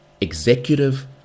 executive